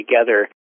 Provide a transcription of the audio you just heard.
together